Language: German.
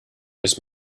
bis